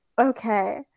okay